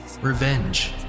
revenge